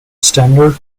standard